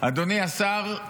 אדוני השר,